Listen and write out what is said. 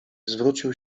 zwrócił